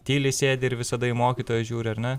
tyliai sėdi ir visada į mokytoją žiūri ar ne